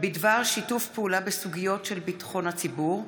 בדבר שיתוף פעולה בסוגיות של ביטחון הציבור,